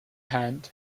hand